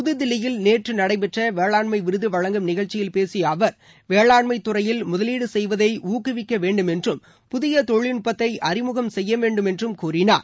புதுதில்லியில் நேற்று நடைபெற்ற வேளாண்ளம விருது வழங்கும் நிகழ்ச்சியில் பேசிய அவர் வேளாண்மை துறையில் முதலீடு செய்வதை ஊக்குவிக்க வேண்டும் என்றும் புதிய தொழில் நட்பத்தை அறிமுகம் செய்ய வேண்டும் என்றும் கூறினார்